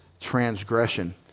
transgression